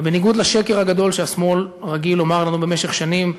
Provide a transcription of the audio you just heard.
ובניגוד לשקר גדול שהשמאל רגיל לומר לנו במשך שנים,